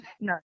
no